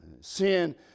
Sin